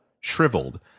shriveled